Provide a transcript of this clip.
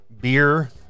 beer